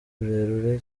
rurerure